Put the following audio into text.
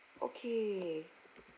okay